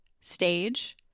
Stage